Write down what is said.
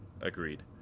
agreed